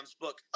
book